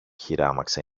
χειράμαξα